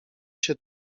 się